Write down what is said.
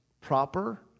proper